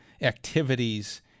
activities